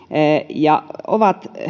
ja ovat